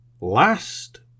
Last